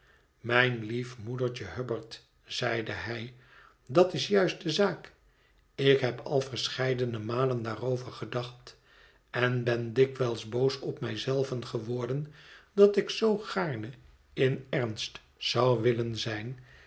mijn lief moedertje hubbard zeide hij dat is juist de zaak ik heb al verscheidene malen daarover gedacht en ben dikwijls boos op mij zelven geworden dat ik zoo gaarne in ernst zou willen zijn